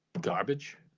Garbage